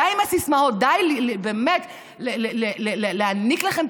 די עם הסיסמאות,